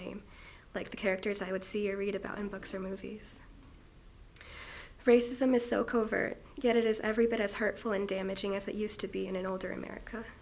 name like the characters i would see or read about in books or movies racism is so covert yet it is every bit as hurtful and damaging as it used to be in an older america